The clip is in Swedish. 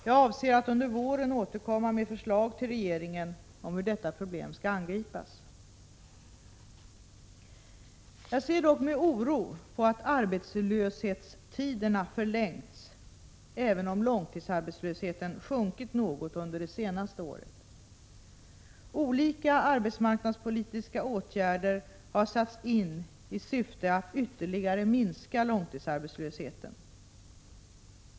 Jag avser att under våren återkomma med förslag till regeringen om hur detta problem skall angripas. Jag ser dock med oro på att arbetslöshetstiderna har förlängts, även om långtidsarbetslösheten sjunkit något under det senaste året. Olika arbetsmarknadspolitiska åtgärder har satts in i syfte att ytterligare minska långtidsarbetslösheten.